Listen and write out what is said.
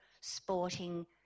sporting